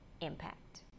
impact